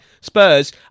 Spurs